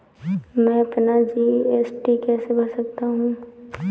मैं अपना जी.एस.टी कैसे भर सकता हूँ?